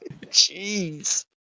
jeez